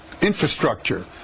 infrastructure